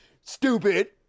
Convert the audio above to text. stupid